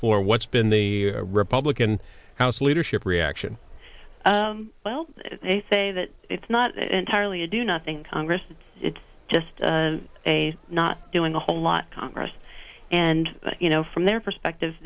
floor what's been the republican house leadership reaction well they say that it's not entirely a do nothing congress it's just a not doing a whole lot congress and you know from their perspective